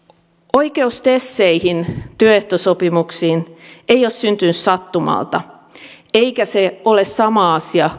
oikeus teseihin työehtosopimuksiin ei ole syntynyt sattumalta eikä se ole sama asia